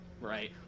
Right